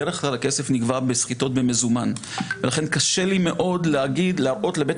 בסחיטות בדרך כלל הכסף נגבה במזומן לכן קשה לי מאוד להראות לבית